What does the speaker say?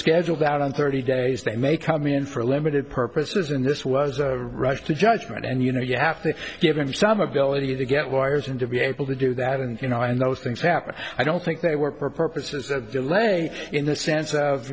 scheduled out on thirty days they may come in for a limited purposes and this was a rush to judgment and you know you have to give them some ability to get lawyers and to be able to do that and you know and those things happen i don't think they were purposes of delay in the sense of